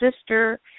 sister